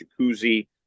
jacuzzi